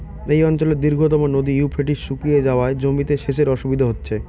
এই অঞ্চলের দীর্ঘতম নদী ইউফ্রেটিস শুকিয়ে যাওয়ায় জমিতে সেচের অসুবিধে হচ্ছে